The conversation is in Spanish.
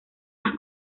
las